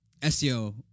SEO